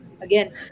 Again